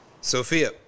Sophia